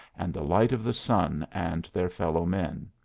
and the light of the sun and their fellow men.